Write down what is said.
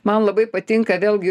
man labai patinka vėlgi